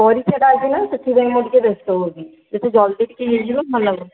ପରୀକ୍ଷା ଟା ଅଛି ନା ସେଥିପାଇଁ ମୁଁ ଟିକେ ବ୍ୟସ୍ତ ହେଉଛି ଯେତେ ଜଲ୍ଦି ଟିକେ ହେଇଯିବ ଭଲ ହୁଅନ୍ତା